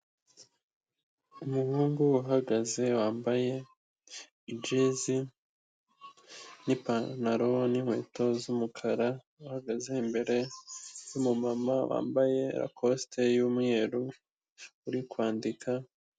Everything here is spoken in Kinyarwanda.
Umuhungu uhagaze wambaye ijezi n'ipantaro n'inkweto z'umukara uhagaze imbere y'umumama wambaye lakosite y'umweru uri kwandika....